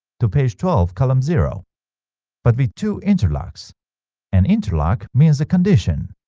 to page twelve column zero but with two interlocks an interlock means a condition